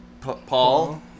Paul